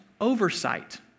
oversight